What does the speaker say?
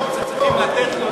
היו צריכים לתת לו נחלה,